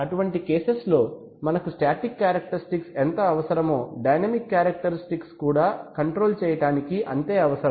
అటువంటి కేసెస్ లో మనకి స్టాటిక్ క్యారెక్టర్ స్టిక్స్ ఎంత అవసరమో డైనమిక్ డైరెక్టర్స్ క్యారెక్టర్ స్టిక్స్ కూడా కంట్రోల్ చేయడానికి అంతే అవసరం